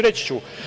Reći ću.